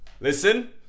listen